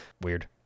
Weird